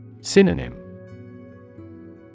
Synonym